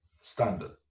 Standard